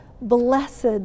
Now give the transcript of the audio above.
blessed